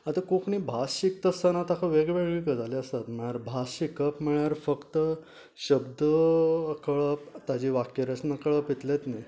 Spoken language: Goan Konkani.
आतां कोंकणी भास शिकता आसताना ताका वेगळ्यो वेगळ्यो गजाली आसात मळ्यार भास शिकप म्हळ्यार फक्त शब्द कळप ताजे वाक्य रचना कळप इतलेत न्ही